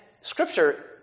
Scripture